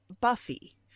Buffy